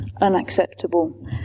unacceptable